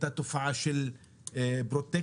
הייתה תופעה של פרוטקציה,